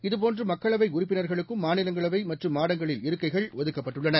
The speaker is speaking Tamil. இதேபோன்று மக்களவை உறுப்பினர்களுக்கும் மாநிலங்களவை மற்றும் மாடங்களில் இருக்கைகள் ஒதுக்கப்படவுள்ளன